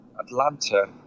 Atlanta